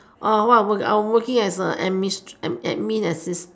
what I work I'm working as a admin assistant